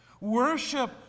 Worship